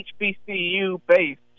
HBCU-based